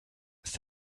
ist